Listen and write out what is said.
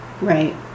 right